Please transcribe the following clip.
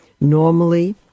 Normally